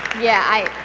yeah,